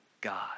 God